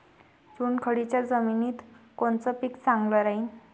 चुनखडीच्या जमिनीत कोनचं पीक चांगलं राहीन?